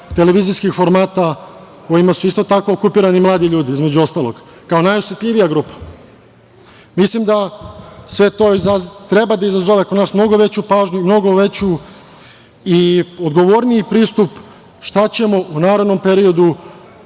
televizijskih formata kojima su isto tako okupirani mladi ljudi, između ostalog, kao najosetljivija grupa. Mislim da sve to treba da izazove kod nas mnogo veću pažnju i mnogo odgovorniji pristup šta ćemo u narednom periodu